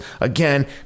Again